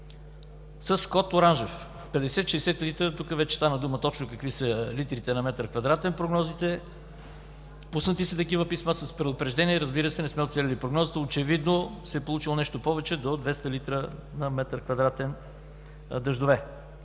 с код оранжев – 50-60 литра. Тук вече стана дума точно какви са литрите на квадратен метър, прогнозите. Пуснати са такива писма с предупреждение. Разбира се, не сме уцелили прогнозата. Очевидно се е получило нещо повече – до 200 литра на квадратен метър дъждове.